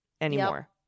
anymore